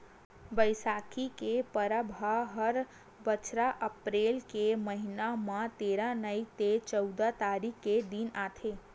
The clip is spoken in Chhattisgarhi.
बइसाखी के परब ह हर बछर अपरेल के महिना म तेरा नइ ते चउदा तारीख के दिन आथे